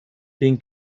den